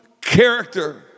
character